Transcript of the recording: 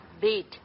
Beat